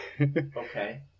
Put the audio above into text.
Okay